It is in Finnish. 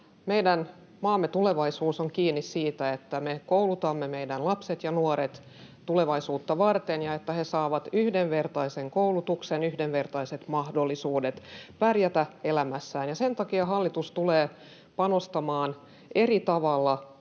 meidän maamme tulevaisuus on kiinni siitä, että me koulutamme meidän lapset ja nuoret tulevaisuutta varten ja että he saavat yhdenvertaisen koulutuksen, yhdenvertaiset mahdollisuudet pärjätä elämässään. Sen takia hallitus tulee panostamaan eri tavalla